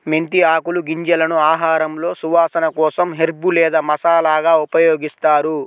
మెంతి ఆకులు, గింజలను ఆహారంలో సువాసన కోసం హెర్బ్ లేదా మసాలాగా ఉపయోగిస్తారు